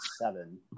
seven